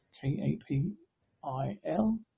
K-A-P-I-L